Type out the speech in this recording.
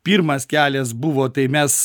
pirmas kelias buvo tai mes